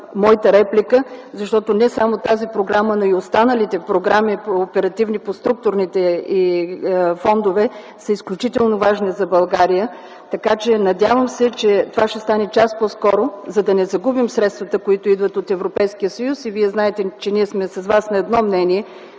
моята реплика, защото не само тази програма, но и останалите оперативни програми по структурните фондове са изключително важни за България. Надявам се, че това ще стане час по-скоро, за да не загубим средствата, които идват от Европейския съюз. Вие знаете, че ние сме с Вас на едно мнение